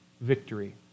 victory